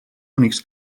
únics